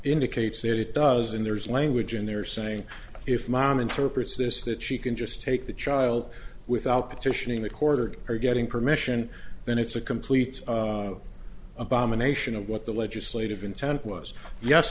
indicates that it does and there's language in there saying if mom interprets this that she can just take the child without petitioning the court or getting permission then it's a complete abomination of what the ledger slate of intent was yes